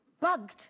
Bugged